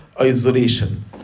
isolation